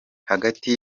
hagati